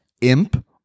imp